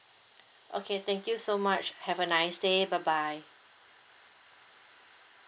okay thank you so much have a nice day bye bye